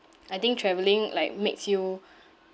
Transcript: I think travelling like makes you